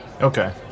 Okay